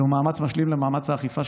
זהו מאמץ משלים למאמץ האכיפה,